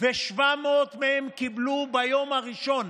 ו-700 מהם קיבלו ביום הראשון